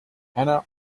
anna